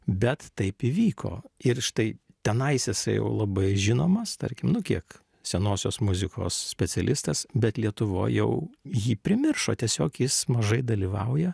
bet taip įvyko ir štai tenais jisai jau labai žinomas tarkim nu kiek senosios muzikos specialistas bet lietuvoj jau jį primiršo tiesiog jis mažai dalyvauja